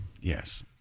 Yes